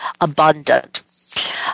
abundant